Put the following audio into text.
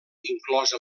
inclosa